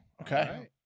Okay